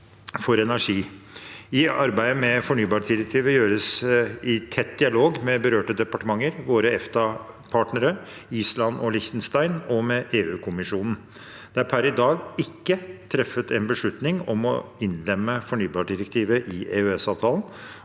Arbeidet med fornybardirektivet gjøres i tett dialog med berørte departementer, våre EFTA-partnere, Island og Liechtenstein, og med EU-kommisjonen. Det er per i dag ikke truffet en beslutning om å innlemme fornybardirektivet i EØS-avtalen.